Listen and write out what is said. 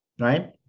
right